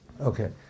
Okay